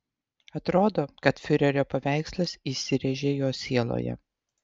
atrodo kad fiurerio paveikslas įsirėžė jo sieloje